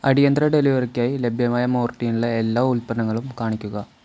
അടിയന്തര ഡെലിവറിക്കായി ലഭ്യമായ മോർട്ടീൻലെ എല്ലാ ഉൽപ്പന്നങ്ങളും കാണിക്കുക